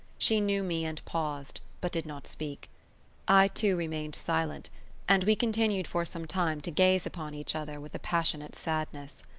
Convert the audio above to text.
she knew me and paused, but did not speak i, too, remained silent and we continued for some time to gaze upon each other with a passionate sadness.